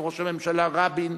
לראש הממשלה רבין: